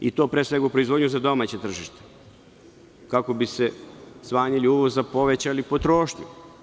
I to pre svega u proizvodnju za domaće tržište, kako bi smanjili uvoz, a povećali potrošnju.